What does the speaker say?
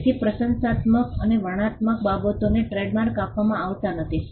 તેથી પ્રશંસાત્મક અને વર્ણનાત્મક બાબતોને ટ્રેડમાર્ક આપવામાં આવતાં નથી